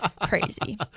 Crazy